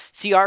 CR